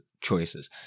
choices